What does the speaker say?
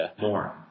more